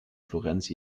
florenz